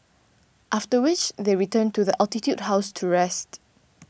after which they return to the Altitude House to rest